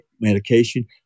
medication